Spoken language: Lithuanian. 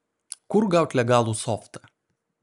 kur gaut legalų softą